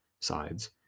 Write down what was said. sides